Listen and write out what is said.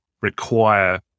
require